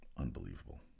unbelievable